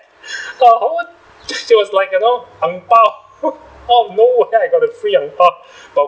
now I won't she was like you know ang bao out of nowhere I got the free ang bao but